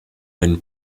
than